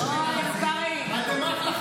הוא מדליף לאשכנזי, אתם רק,